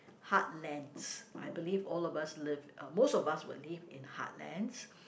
heartlands I believe all of us live most of us will live in heartlands